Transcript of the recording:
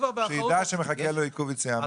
שידע שמחה לו עיכוב יציאה מן הארץ.